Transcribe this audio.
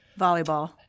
Volleyball